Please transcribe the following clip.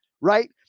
Right